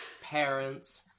parents